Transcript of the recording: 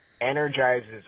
energizes